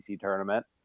tournament